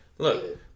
Look